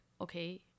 okay